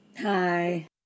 hi